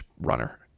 runner